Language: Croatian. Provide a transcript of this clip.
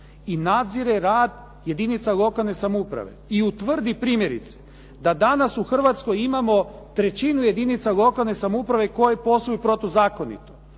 i nadzire rad jedinica lokalne samouprave i utvrdi primjerice da danas u Hrvatskoj imamo trećinu jedinica lokalne samouprave koje posluju protuzakonito